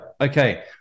okay